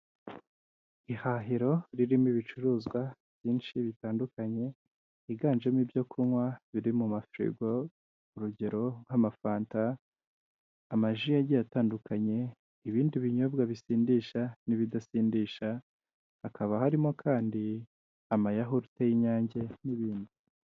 Ihahiro ririmo ibicuruzwa byinshi bitandukanye, higanjemo ibyo kunywa biri mu mafirigo, urugero nk'amafanta, amaji agiye atandukanye, ibindi binyobwa bisindisha n'ibidasindisha, hakaba harimo kandi amayahurute y'inyange n'ibindi.